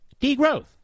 Degrowth